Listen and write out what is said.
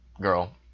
girl